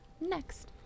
next